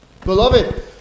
beloved